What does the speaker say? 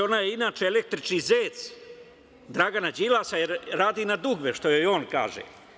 Ona je inače električni zec Dragana Đilasa, jer radi na dugme, što joj on kaže.